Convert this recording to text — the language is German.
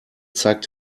zeigt